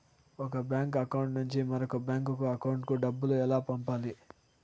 ఒక bank account నుంచి మరొక బ్యాంకు అకౌంట్ కు డబ్బు ఎలా పంపాలి